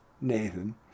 Nathan